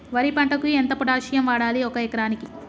వరి పంటకు ఎంత పొటాషియం వాడాలి ఒక ఎకరానికి?